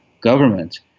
government